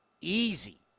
easy